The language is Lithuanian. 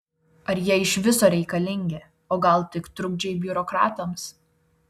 ar jie iš viso reikalingi o gal tik trukdžiai biurokratams